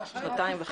לשנתיים,